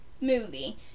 movie